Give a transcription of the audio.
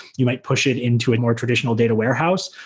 you might push it into a more traditional data warehouse,